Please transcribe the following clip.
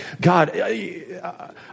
God